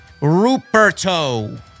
Ruperto